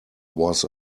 was